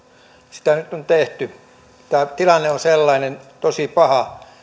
sitä nyt on tehty tämä tilanne on sellainen tosi paha